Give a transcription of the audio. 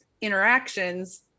interactions